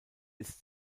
ist